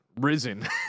risen